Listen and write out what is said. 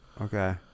Okay